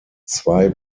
zwei